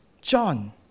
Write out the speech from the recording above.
John